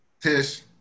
Tish